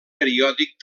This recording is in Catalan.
periòdic